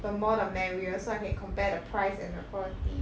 the more the merrier so I can compare the price and the quality